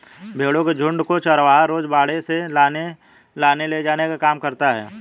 भेंड़ों के झुण्ड को चरवाहा रोज बाड़े से लाने ले जाने का काम करता है